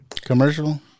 commercial